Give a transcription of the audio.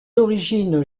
origines